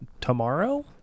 tomorrow